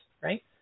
Right